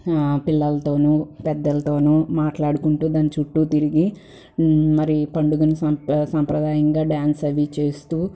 పిల్లలతోనూ పెద్దలతోనూ మాట్లాడుకుంటూ దాని చుట్టూ తిరిగి మరి పండుగను సం సంప్రదాయంగా డ్యాన్స్ అది చేస్తూ